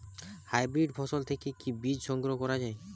Hybrid ফসল থেকে কি বীজ সংগ্রহ করা য়ায়?